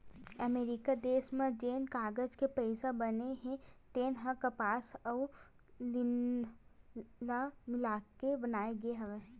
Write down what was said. अमरिका देस म जेन कागज के पइसा बने हे तेन ह कपसा अउ लिनन ल मिलाके बनाए गे हवय